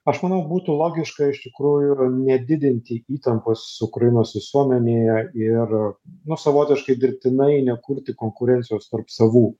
aš manau būtų logiška iš tikrųjų ir nedidinti įtampos ukrainos visuomenėje ir na savotiškai dirbtinai nekurti konkurencijos tarp savų